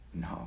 no